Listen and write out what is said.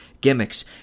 gimmicks